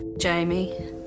Jamie